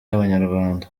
y’abanyarwanda